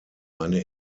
eine